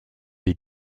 des